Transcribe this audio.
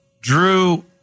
Drew